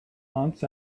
months